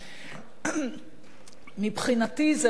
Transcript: מבחינתי זה לא עמדותיו,